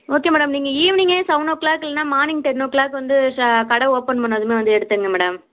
okay madam நீங்கள் ஈவினிங்கே seven o'clock இல்லைனா மார்னிங் டென் ஓ கிளாக் வந்து க கடை ஓப்பன் பண்ணதுமே வந்து எடுத்துக்கங்க மேடம்